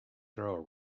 gonna